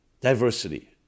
diversity